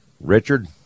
Richard